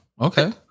Okay